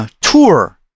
tour